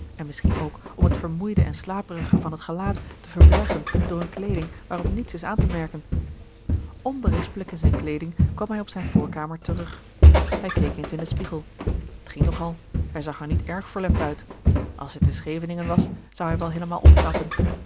en misschien ook om het vermoeide en slaperige van het gelaat te verbergen door eene kleeding waarop niets is aan te merken onberispelijk in zijn kleeding kwam hij op zijne voorkamer terug hij keek eens in den spiegel t ging nog al hij zag er niet erg verlept uit als hij te scheveningen was zou hij wel heelemaal opknappen